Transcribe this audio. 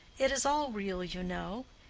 it is all real, you know,